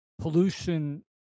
pollution